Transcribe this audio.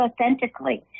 authentically